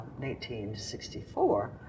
1964